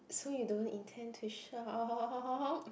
so you don't intend to shop